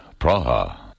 Praha